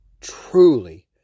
truly